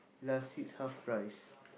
last seats half price